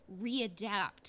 readapt